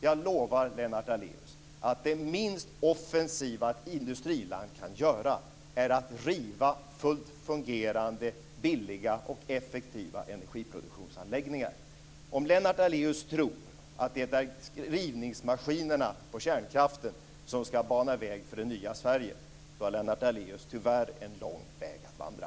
Jag lovar Lennart Daléus att det minst offensiva ett industriland kan göra är att riva fullt fungerande, billiga och effektiva energiproduktionsanläggningar. Om Lennart Daléus tror att det är de maskiner som river kärnkraften som skall bana väg för det nya Sverige - då har han tyvärr en lång väg att vandra.